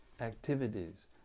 activities